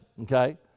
okay